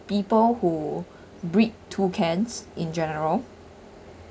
people who breed toucans in general